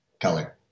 color